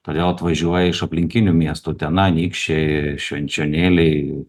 todėl atvažiuoja iš aplinkinių miestų utena anykščiai švenčionėliai